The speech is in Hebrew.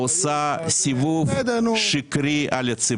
עושה סיבוב שקרי על הציבור.